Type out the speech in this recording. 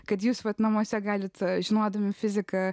kad jus vadinamuose galite žinodami fiziką